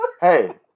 Hey